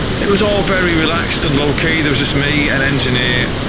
it was all very relaxed and low key, it was just me, an engineer,